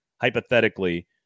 hypothetically